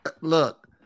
look